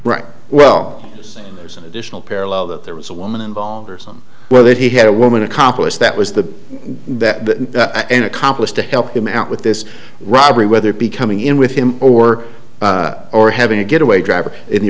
cases well there's an additional parallel that there was a woman involved or some well that he had a woman accomplice that was the that an accomplice to help him out with this robbery whether it be coming in with him or or having a getaway driver in the